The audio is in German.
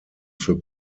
für